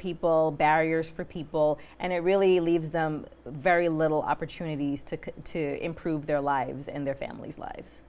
people barriers for people and it really leaves very little opportunities to to improve their lives and their family's lives